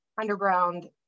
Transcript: underground